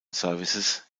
services